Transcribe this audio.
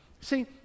See